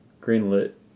Green-lit